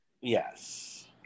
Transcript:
Yes